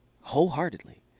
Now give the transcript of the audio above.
wholeheartedly